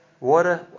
Water